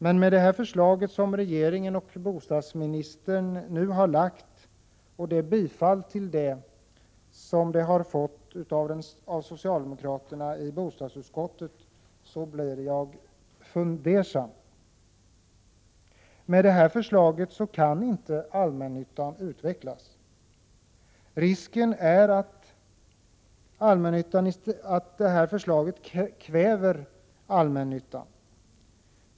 Men med det förslag som regeringen och bostadsministern nu har lagt fram och det bifall det har fått av socialdemokraterna i bostadsutskottet blir jag fundersam. Med det här förslaget kan inte allmännyttan utvecklas. Risken är att förslaget i stället kväver allmännyttan.